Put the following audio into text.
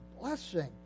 blessing